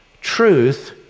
Truth